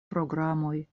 programoj